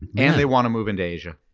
and they want to move into asia.